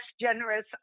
generous